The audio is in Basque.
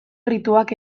errituak